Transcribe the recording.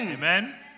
amen